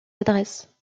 adresses